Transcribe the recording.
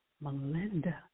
Melinda